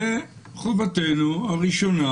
וחובתנו הראשונה,